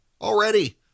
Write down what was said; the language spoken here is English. already